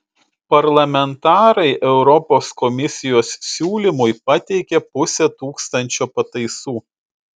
parlamentarai europos komisijos siūlymui pateikė pusę tūkstančio pataisų